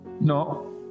No